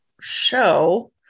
show